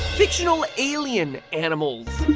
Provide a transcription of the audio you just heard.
fictional alien animals!